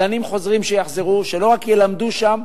מדענים חוזרים, שלא רק ילמדו שם.